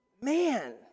man